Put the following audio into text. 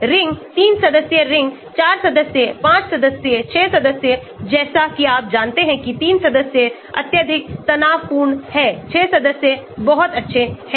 ring 3 सदस्यीय ring 4 सदस्य 5 सदस्य 6 सदस्य जैसा कि आप जानते हैं कि 3 सदस्य अत्यधिक तनावपूर्ण हैं 6 सदस्य बहुत अच्छे हैं